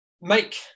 make